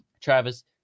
Travis